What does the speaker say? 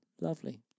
Lovely